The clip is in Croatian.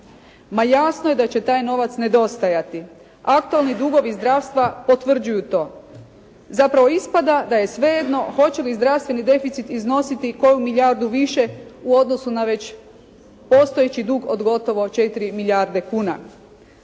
Ma jasno je da će taj novac nedostajati. Aktualni dugovi zdravstva potvrđuju to. Zapravo ispada da je sve jedno hoće li zdravstveni deficit iznositi koju milijardu više u odnosu na već postojeći dug od gotovo 4 milijarde kuna.